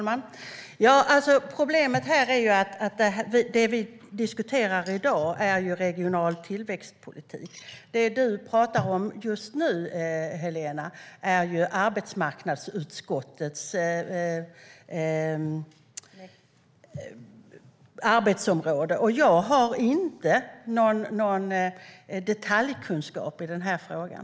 Herr talman! Problemet är att det vi diskuterar i dag är regional tillväxtpolitik. Det Helena Lindahl pratar om just nu är arbetsmarknadsutskottets arbetsområde. Jag har ingen detaljkunskap i frågan.